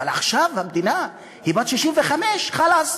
אבל עכשיו המדינה היא בת 65, חלאס,